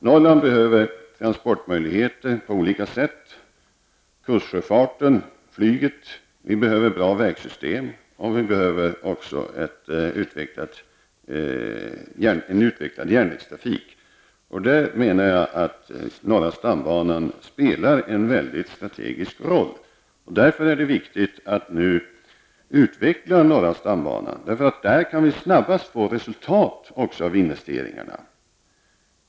Norrland behöver olika transportmöjligheter: kustsjöfarten, flyget, bra vägsystem och en utvecklad järnvägstrafik. Där menar jag att norra stambanan spelar en strategisk roll. Därför är det viktigt att nu utveckla norra stambanan -- där kan vi också snabbast få resultat av investeringarna.